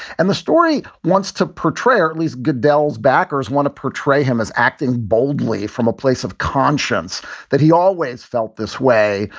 and the story wants to portray or at least goodell's backers want to portray him as acting boldly from a place of conscience that he always felt this way.